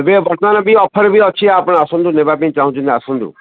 ଏବେ ବର୍ତ୍ତମାନ ବି ଅଫର୍ ବି ଅଛି ଆପଣ ଆସନ୍ତୁ ନେବା ପାଇଁ ଚାହୁଁଛନ୍ତି ଆସନ୍ତୁ